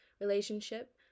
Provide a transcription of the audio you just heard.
relationship